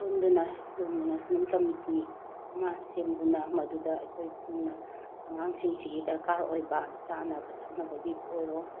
ꯄꯨꯟꯗꯨꯅ school management committee ꯑꯃ ꯁꯦꯝꯗꯨꯅ ꯃꯗꯨꯗ ꯑꯩꯈꯣꯏ ꯄꯨꯟꯅ ꯑꯉꯥꯡꯁꯤꯡꯁꯤꯒꯤ ꯗꯔꯀꯥꯔ ꯑꯣꯏꯕ ꯆꯥꯅꯕ ꯊꯛꯅꯕꯒꯤꯕꯨ ꯑꯣꯏꯔꯣ